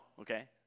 okay